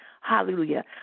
hallelujah